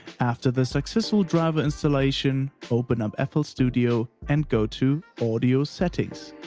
after the successful driver installation open up fl studio and go to, audio settings.